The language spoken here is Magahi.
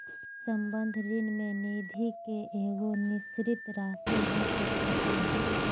संबंध ऋण में निधि के एगो निश्चित राशि हो सको हइ